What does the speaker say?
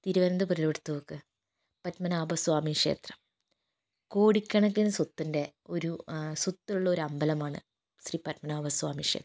തിരുവനന്തപുരം എടുത്തു നോക്ക് പത്മനാഭസ്വാമി ക്ഷേത്രം കോടിക്കണക്കിനു സ്വത്തിൻ്റെ ഒരു സ്വത്തുള്ള ഒരു അമ്പലമാണ് ശ്രീ പത്മനാഭസ്വാമി ക്ഷേത്രം